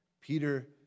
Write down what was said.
Peter